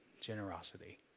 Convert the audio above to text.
generosity